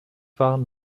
waren